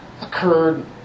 occurred